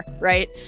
right